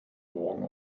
morgen